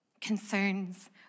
concerns